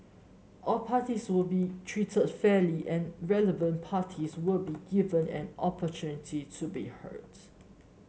all parties will be treated fairly and relevant parties will be given an opportunity to be